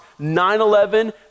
9-11